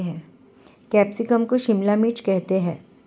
capsicum को शिमला मिर्च करते हैं